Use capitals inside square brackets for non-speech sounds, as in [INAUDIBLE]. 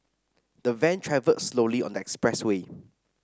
the van travelled slowly on the expressway [NOISE]